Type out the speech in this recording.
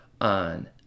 on